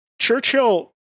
Churchill